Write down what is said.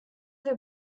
wir